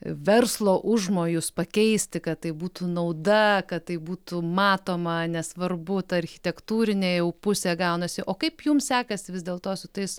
verslo užmojus pakeisti kad tai būtų nauda kad tai būtų matoma nesvarbu ta architektūrinė jau pusė gaunasi o kaip jums sekas vis dėlto su tais